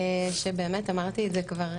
שבאמת אמרתי את זה כבר,